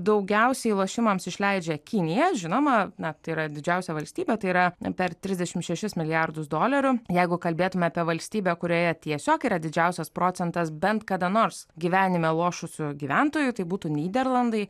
daugiausiai lošimams išleidžia kinija žinoma na tai yra didžiausia valstybė tai yra per trisdešimt šešis milijardus dolerių jeigu kalbėtume apie valstybę kurioje tiesiog yra didžiausias procentas bent kada nors gyvenime lošusių gyventojų tai būtų nyderlandai